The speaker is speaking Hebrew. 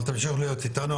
אבל תמשיך להיות איתנו,